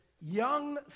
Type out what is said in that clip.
young